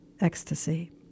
ecstasy